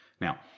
Now